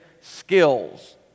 skills